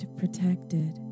protected